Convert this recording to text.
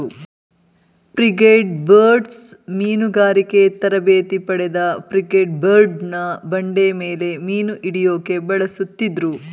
frigatebirds ಮೀನುಗಾರಿಕೆ ತರಬೇತಿ ಪಡೆದ ಫ್ರಿಗೇಟ್ಬರ್ಡ್ನ ಬಂಡೆಮೇಲೆ ಮೀನುಹಿಡ್ಯೋಕೆ ಬಳಸುತ್ತಿದ್ರು